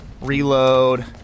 Reload